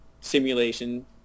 simulation